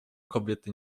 kobiety